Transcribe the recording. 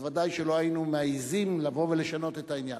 ודאי שלא היינו מעזים לבוא ולשנות את העניין.